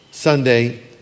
Sunday